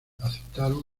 aceptaron